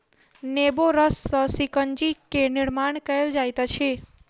नेबो रस सॅ शिकंजी के निर्माण कयल जाइत अछि